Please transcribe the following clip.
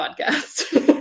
podcast